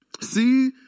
See